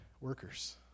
workers